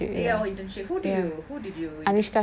eh ya internship who did you who did you